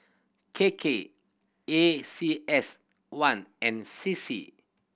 K K A C S one and C C